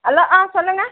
hello ஆ சொல்லுங்க